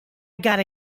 gotta